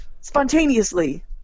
spontaneously